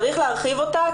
צריך להרחיב אותה,